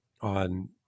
on